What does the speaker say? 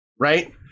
right